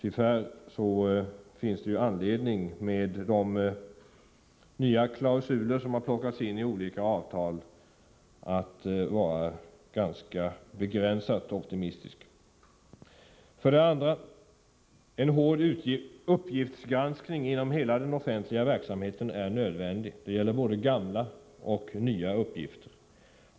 Med tanke på de nya klausuler som har plockats in i olika avtal finns det tyvärr anledning att vara ganska begränsat optimistisk. 2. En hård utgiftsgranskning inom hela den offentliga verksamheten är nödvändig. Det gäller både gamla och nya utgifter.